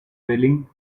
failing